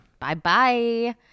Bye-bye